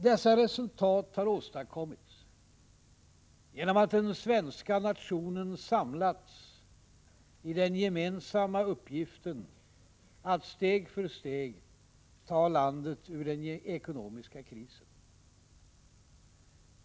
Dessa resultat har åstadkommits genom att den svenska nationen samlats i den gemensamma uppgiften att steg för steg ta landet ur den ekonomiska krisen.